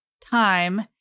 time